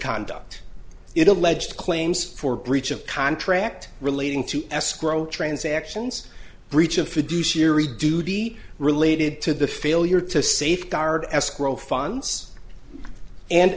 conduct it alleged claims for breach of contract relating to escrow transactions breach of fiduciary duty related to the failure to safeguard escrow funds and